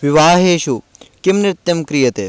विवाहेषु किं नृत्यं क्रियते